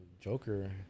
Joker